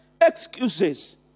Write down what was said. excuses